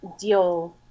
deal